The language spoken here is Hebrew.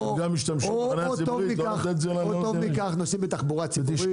או נוסעים בתחבורה ציבורית.